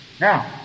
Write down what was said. Now